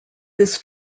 this